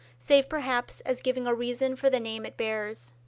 save perhaps as giving a reason for the name it bears.